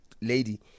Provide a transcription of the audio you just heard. lady